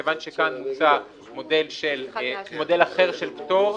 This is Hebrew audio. מכיוון שכאן מוצע מודל אחר של פטור,